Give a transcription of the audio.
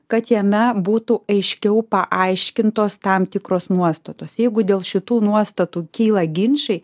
kad jame būtų aiškiau paaiškintos tam tikros nuostatos jeigu dėl šitų nuostatų kyla ginčai